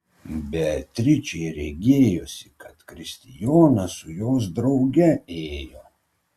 beatričei regėjosi kad kristijonas su jos drauge ėjo